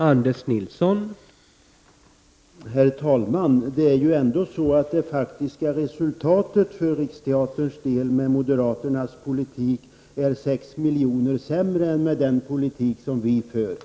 Herr talman! Det faktiska resultatet för Riksteatern med moderaternas politik är faktiskt 6 miljoner sämre än med socialdemokraternas politik.